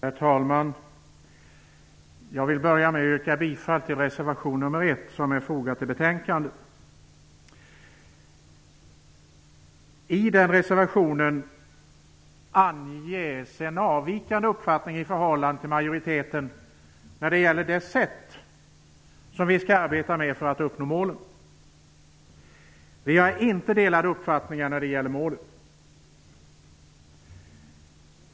Herr talman! Jag vill börja med att yrka bifall till reservation nr 1. I den reservationen anges en avvikande uppfattning i förhållande till majoriteten när det gäller det sätt som vi skall arbeta på för att uppnå målen. Vi har inte delade uppfattningar när det gäller målen.